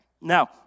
Now